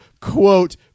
quote